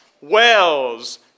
wells